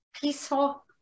peaceful